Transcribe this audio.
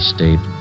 State